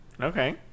Okay